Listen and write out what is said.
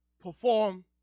perform